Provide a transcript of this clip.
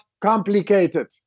complicated